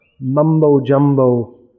mumbo-jumbo